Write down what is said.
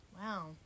Wow